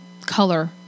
color